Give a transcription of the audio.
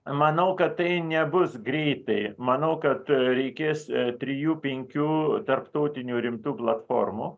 manau kad tai nebus greitai manau kad reikės trijų penkių tarptautinių rimtų platformų